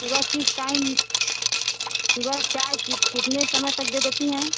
सुबह किस टाइम सुबह चाय कितने समय तक दे देती हैं